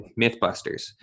Mythbusters